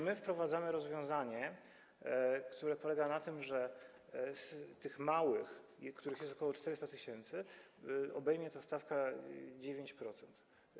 My wprowadzamy rozwiązanie, które polega na tym, że tych małych, których jest ok. 400 tys., obejmie ta stawka 9%.